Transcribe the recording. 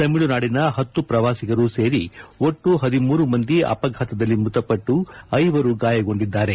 ತಮಿಳುನಾಡಿನ ಹತ್ತು ಪ್ರವಾಸಿಗರೂ ಸೇರಿ ಒಟ್ಟು ಹದಿಮೂರು ಮಂದಿ ಅಪಘಾತದಲ್ಲಿ ಮೃತಪಟ್ಟು ಐವರು ಗಾಯಗೊಂಡಿದ್ದಾರೆ